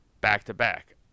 back-to-back